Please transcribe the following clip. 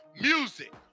music